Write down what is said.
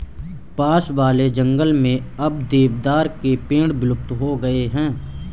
पास वाले जंगल में अब देवदार के पेड़ विलुप्त हो गए हैं